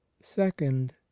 second